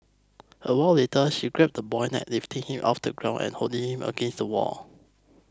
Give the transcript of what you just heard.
a while later she grabbed the boy's neck lifting him off the ground and holding him up against the wall